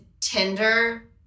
Tinder